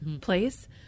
Place